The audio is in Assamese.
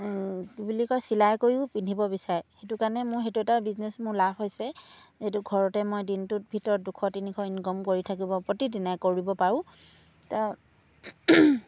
কি বুলি কয় চিলাই কৰিও পিন্ধিব বিচাৰে সেইটো কাৰণে মোৰ সেইটো এটা বিজনেছ মোৰ লাভ হৈছে যিহেতু ঘৰতে মই দিনটোৰ ভিতৰত দুশ তিনিশ ইনকম কৰি থাকিব প্ৰতি দিনাই কৰিব পাৰোঁ